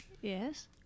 Yes